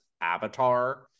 avatar